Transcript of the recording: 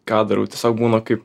ką darau tiesiog būna kaip